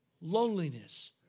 loneliness